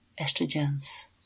estrogens